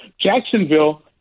Jacksonville